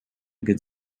good